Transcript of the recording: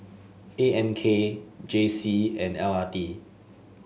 A M K J C and L R T